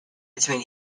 between